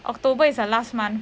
october is her last month